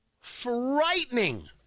frightening